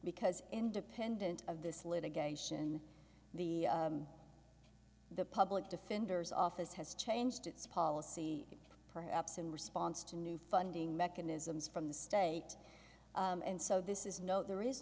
because independent of this litigation the the public defender's office has changed its policy perhaps in response to new funding mechanisms from the state and so this is no there is